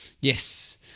Yes